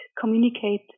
communicate